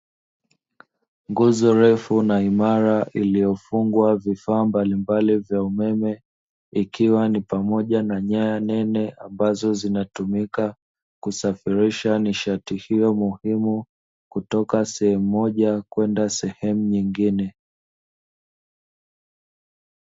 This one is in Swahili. Nguzo refu na imara iliyofungwa vifaa mbalimbali vya umeme, ikiwa ni pamoja na nyaya nene ambazo zinatumika kusafirisha nishati hiyo muhimu kutoka sehemu moja kwenda sehemu nyingine.